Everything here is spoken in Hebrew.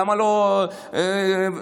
למה לא ליטאי?